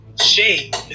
shade